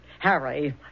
Harry